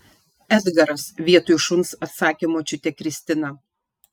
edgaras vietoj šuns atsakė močiutė kristina